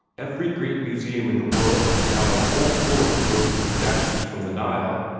every great museum in the world now has whole floors devoted to statues from the nile,